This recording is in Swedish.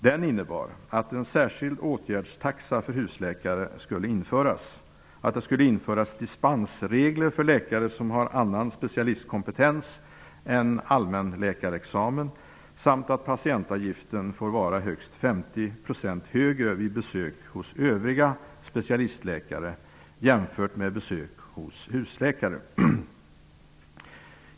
Den innebar att en särskild åtgärdstaxa för husläkare skulle införas, att det skulle införas dispensregler för läkare som har annan specialistkompetens än allmänläkarexamen samt att patientavgiften får vara högst 50 % högre vid besök hos övriga specialistläkare jämfört med besök hos husläkare.